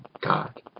God